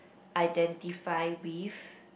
identify with